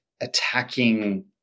attacking